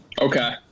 Okay